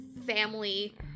family